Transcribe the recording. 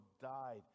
died